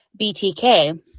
BTK